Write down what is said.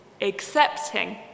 accepting